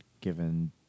given